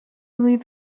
leave